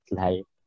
life